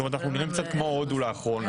אנחנו נראים קצת כמו הודו לאחרונה.